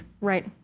Right